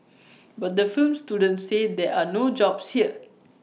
but the film students say there are no jobs here